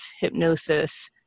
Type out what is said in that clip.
hypnosis